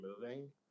moving